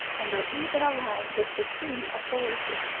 and are even allowed the supreme authority.